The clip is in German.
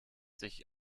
sich